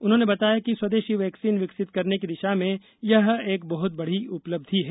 उन्होंने बताया कि स्वदेशी वैक्सीन विकसित करने की दिशा में यह एक बहुत बड़ी उपलब्धि है